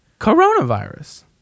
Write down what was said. coronavirus